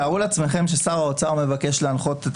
תארו לעצמכם ששר האוצר מבקש להנחות את